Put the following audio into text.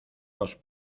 los